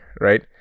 right